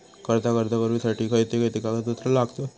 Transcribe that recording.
कर्जाक अर्ज करुच्यासाठी खयचे खयचे कागदपत्र लागतत